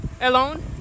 alone